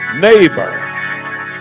neighbor